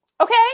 Okay